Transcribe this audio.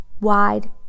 wide